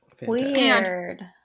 Weird